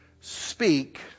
Speak